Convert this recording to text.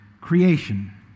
creation